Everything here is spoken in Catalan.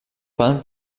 poden